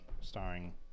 starring